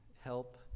help